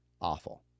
awful